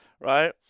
right